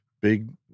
big